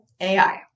AI